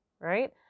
right